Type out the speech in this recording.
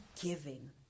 giving